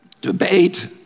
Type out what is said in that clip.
Debate